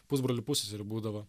pusbrolių pusseserių būdavo